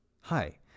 Hi